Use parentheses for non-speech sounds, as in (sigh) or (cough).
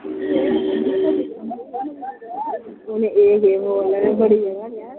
(unintelligible)